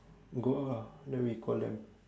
go out lah then we call them